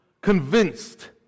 convinced